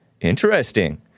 interesting